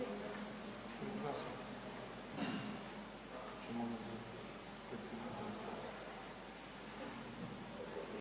Hvala vam.